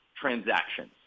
transactions